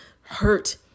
hurt